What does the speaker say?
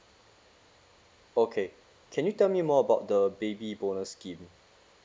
okay can you tell me more about the baby bonus scheme